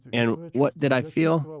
and what did i feel?